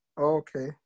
Okay